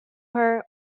her